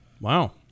wow